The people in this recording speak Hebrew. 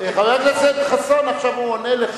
חבר הכנסת חסון, עכשיו הוא עונה לך.